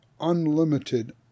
unlimited